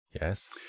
Yes